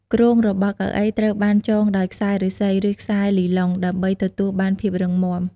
គ្រោងរបស់កៅអីត្រូវបានចងដោយខ្សែឫស្សី ឬ ខ្សែលីឡុង ដើម្បីទទួលបានភាពរឹងមាំ។